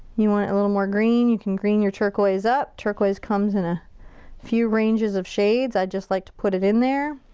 you want a little more green, you can green your turquoise up. turquoise comes in a few ranges of shades. i just like to put it in there.